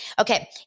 Okay